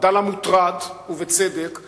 אמש התגלגלו חביות נפץ אל חופי הארץ.